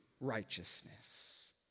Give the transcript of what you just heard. righteousness